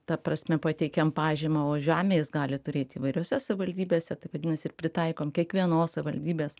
ta prasme pateikiam pažymą o žemę jis gali turėti įvairiose savivaldybėse tai vadinasi ir pritaikom kiekvienos savivaldybės